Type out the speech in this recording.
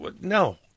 No